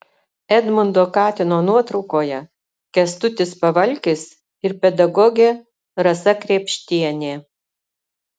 edmundo katino nuotraukoje kęstutis pavalkis ir pedagogė rasa krėpštienė